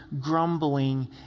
grumbling